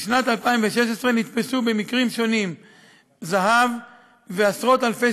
בשנת 2016 נתפסו במקרים שונים זהב ועשרות אלפי